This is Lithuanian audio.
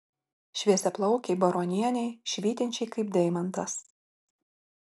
šviesiaplaukei baronienei švytinčiai kaip deimantas